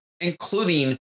including